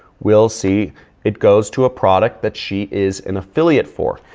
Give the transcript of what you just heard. we'll see it goes to a product that she is an affiliate for.